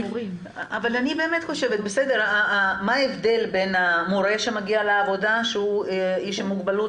מה ההבדל בין המורה שמגיע לעבודה והוא איש עם מוגבלות